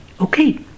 okay